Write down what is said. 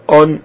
on